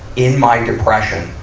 in my depression,